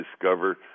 discover